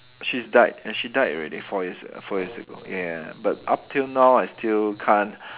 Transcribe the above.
she's died and she died already four years four years ago ya ya but up till now I still can't